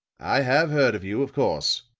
i have heard of you, of course.